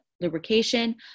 lubrication